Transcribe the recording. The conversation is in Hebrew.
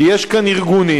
כי יש כאן ארגונים,